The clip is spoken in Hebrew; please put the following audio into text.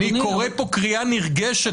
אני קורא פה קריאה נרגשת,